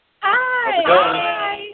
Hi